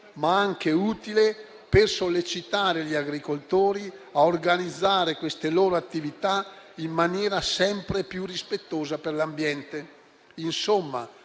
ma anche utile per sollecitare gli agricoltori a organizzare le loro attività in maniera sempre più rispettosa per l'ambiente.